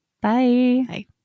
bye